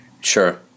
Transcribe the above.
Sure